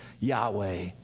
Yahweh